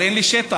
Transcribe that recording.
אבל אין לי שטח.